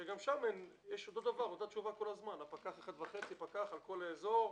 שגם שם יש אותה תשובה כל הזמן פקח על כל האזור,